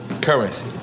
Currency